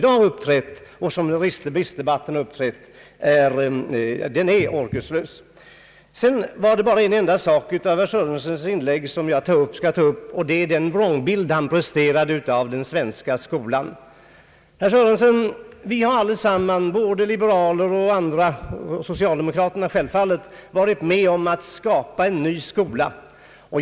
Jag vill ta upp en enda sak ytterligare i herr Sörensons inlägg, nämligen den vrångbild som han presterade om den svenska skolan. Vi har, herr Sörenson, allesammans — både liberaler och andra och självfallet socialdemokraterna — varit med om att skapa en ny skola.